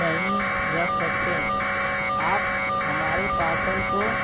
नहीं रख सकते आप हमारे पार्सल को